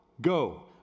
go